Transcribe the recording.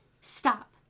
stop